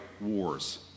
wars